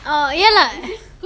orh ya lah